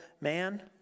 man